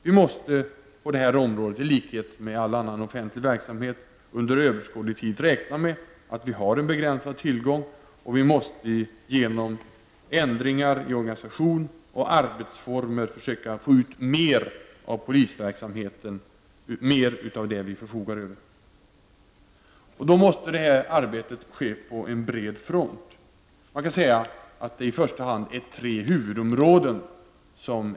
Vi måste på det här området, i likhet med all annan offentlighet verksamhet, under överskådlig tid räkna med en begränsad tillgång på reala resurser. Dessutom måste vi genom ändringar i organisation och i arbetsformer försöka få ut mera av polisverksamheten, mera av det som vi förfogar över. Ett sådant här arbete måste ske på bred front. Man kan säga att det i första hand finns tre viktiga huvudområden.